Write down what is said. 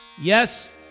yes